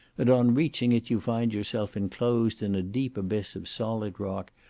and on reaching it you find yourself enclosed in a deep abyss of solid rock,